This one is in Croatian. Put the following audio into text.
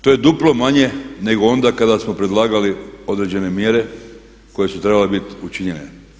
To je duplo manje nego onda kada smo predlagali određene mjere koje su trebale biti učinjene.